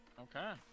Okay